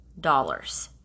dollars